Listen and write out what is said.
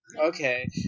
Okay